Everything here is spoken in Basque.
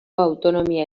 autonomia